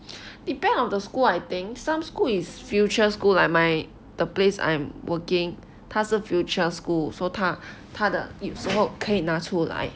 depends on the school I think some school is future school like mine the place I'm working 它是 future school so 他他的有时候可以拿出来